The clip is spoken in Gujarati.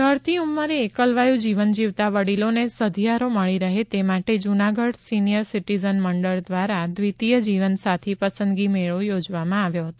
ઢળતી ઉંમરે એકવાયું જીવન જીવતા વડીલોને સધિયારો મળી રહે તે માટે જૂનાગઢ સીનીયર સીટીઝન મંડળ દ્વારા દ્વિતીય જીવન સાથી પસંદગી મેળો યોજવામાં આવ્યો હતો